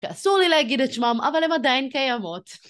אסור לי להגיד את שמם, אבל הן עדיין קיימות.